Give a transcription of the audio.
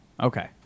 Okay